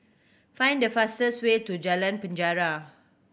find the fastest way to Jalan Penjara